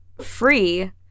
free